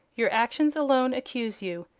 your actions alone accuse you.